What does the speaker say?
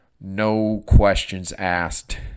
no-questions-asked